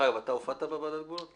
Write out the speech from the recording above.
דרך אגב, אתה הופעת בוועדת הגבולות?